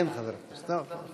כן חבר כנסת.